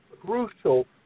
crucial